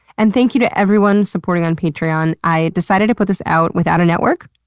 and thank you to everyone supporting on patreon. i decided to put this out without a network.